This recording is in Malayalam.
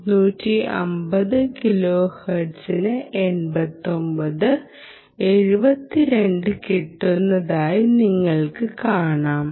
250 കിലോഹെർട്സിന് 89 72 കിട്ടുന്നതായി നിങ്ങൾക്ക് കാണാം